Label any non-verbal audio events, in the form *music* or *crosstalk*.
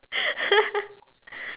*laughs*